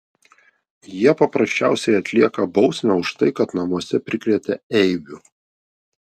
jie paprasčiausiai atlieka bausmę už tai kad namuose prikrėtę eibių